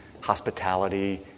hospitality